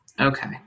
Okay